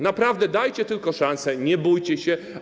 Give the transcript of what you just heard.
Naprawdę, dajcie tylko szansę, nie bójcie się.